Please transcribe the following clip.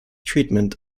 treatment